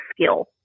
skill